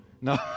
No